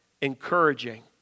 Encouraging